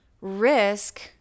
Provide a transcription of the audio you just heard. risk